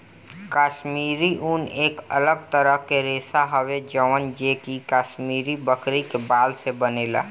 काश्मीरी ऊन एक अलग तरह के रेशा हवे जवन जे कि काश्मीरी बकरी के बाल से बनेला